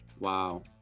wow